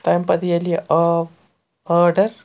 تَمہِ پَتہٕ ییٚلہِ یہِ آو آرڈَر